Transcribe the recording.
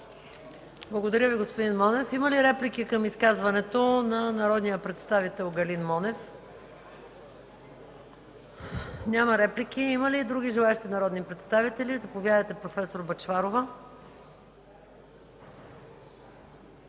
Благодаря Ви, господин Монев. Има ли реплики към изказването на народния представител Гален Монев? Няма реплики. Има ли други желаещи народни представители да се изкажат? Заповядайте, проф. Бъчварова.